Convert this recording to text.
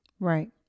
Right